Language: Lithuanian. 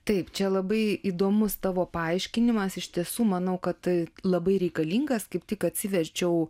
taip čia labai įdomus tavo paaiškinimas iš tiesų manau kad tai labai reikalingas kaip tik atsiverčiau